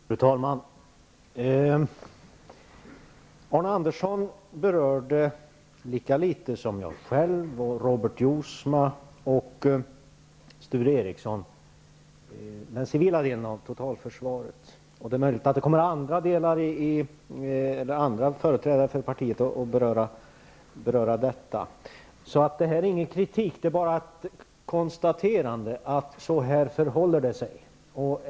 Fru talman! Arne Andersson berörde lika litet som jag själv, Robert Jousma och Sture Ericson den civila delen av totalförsvaret. Det är möjligt att andra företrädare för partiet kommer att beröra detta. Detta är ingen kritik, bara ett konstaterande att det förhåller sig så.